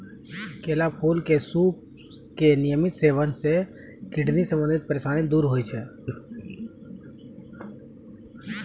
केला फूल के सूप के नियमित सेवन सॅ किडनी संबंधित परेशानी दूर होय जाय छै